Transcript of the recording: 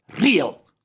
real